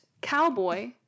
cowboy